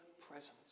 presence